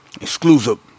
exclusive